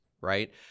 right